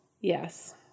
yes